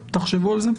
תחשבו על זה.